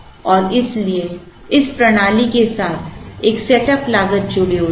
और इसलिए इस प्रणाली के साथ एक सेटअप लागत जुड़ी हुई है